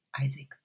Isaac